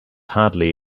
hardly